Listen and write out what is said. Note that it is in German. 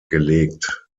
gelegt